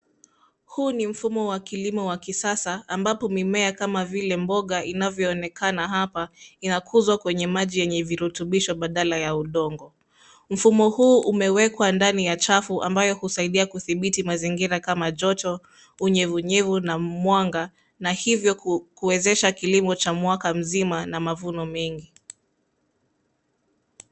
Huu ni mfumo wa kilimo wa kisasa, ambapo mimea kama vile mboga inavyoonekana hapa, inakuzwa kwenye maji yenye virutubisho badala ya udongo. Mfumo huu umewekwa ndani ya chafu ambayo husaidia kudhibiti mzingira kama joto, unyevunyevu, na mwanga, na hivyo kuwezesha kilimo cha mwaka mzima na mavuno mengi.